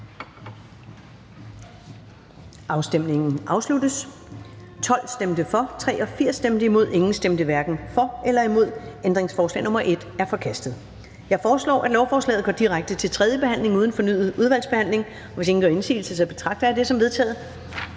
stemte 70 (S, DF, SF, RV, EL, KF, NB, KD og UFG), hverken for eller imod stemte 0. Ændringsforslag nr. 1 er forkastet. Jeg foreslår, at lovforslaget går direkte til tredje behandling uden fornyet udvalgsbehandling. Hvis ingen gør indsigelse, betragter jeg dette som vedtaget.